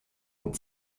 und